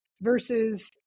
versus